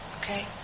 Okay